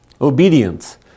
Obedience